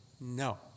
No